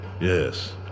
Yes